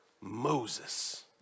Moses